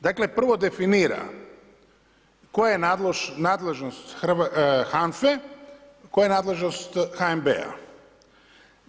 Dakle, prvo definira koja je nadležnost HANFA-e, koja je nadležnost HNB-a.